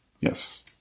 Yes